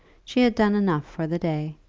she had done enough for the day.